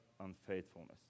unfaithfulness